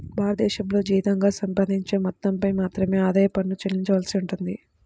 భారతదేశంలో జీతంగా సంపాదించే మొత్తంపై మాత్రమే ఆదాయ పన్ను చెల్లించవలసి ఉంటుంది